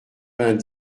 vingt